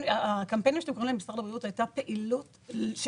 הקמפיינים של משרד הבריאות היו פעילות של